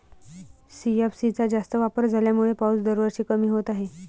CFC चा जास्त वापर झाल्यामुळे पाऊस दरवर्षी कमी होत आहे